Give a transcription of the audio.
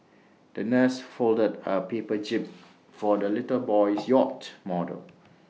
the nurse folded A paper jib for the little boy's yacht model